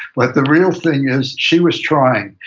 but the real thing is she was trying.